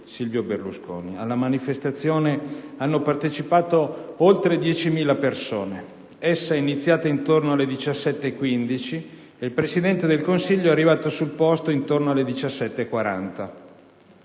Silvio Berlusconi. Alla manifestazione hanno partecipato oltre 10.000 persone; essa è iniziata intorno alle ore 17,15 e il Presidente del Consiglio è arrivato sul posto intorno alle ore 17,40.